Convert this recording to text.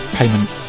Payment